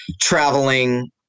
traveling